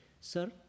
Sir